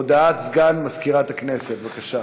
הודעת סגן מזכירת הכנסת, בבקשה.